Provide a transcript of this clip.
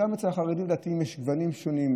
גם אצל החרדים הדתיים יש גוונים שונים,